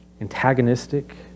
antagonistic